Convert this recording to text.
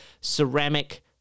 ceramic